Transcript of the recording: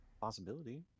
Possibility